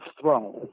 throne